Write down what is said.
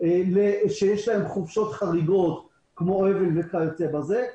שיש להם חופשות חריגות, כמו אבל וכיוצא בזה,